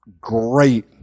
great